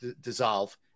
dissolve